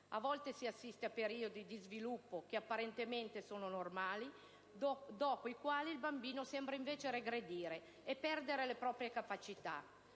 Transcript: A volte si assiste a periodi di sviluppo che apparentemente sono normali, dopo i quali il bambino sembra regredire e perdere le proprie capacità.